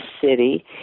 city